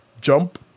jump